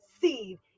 seed